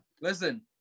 Listen